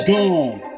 gone